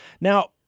now